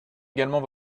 également